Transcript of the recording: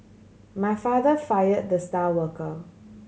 my father fire the star worker